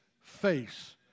face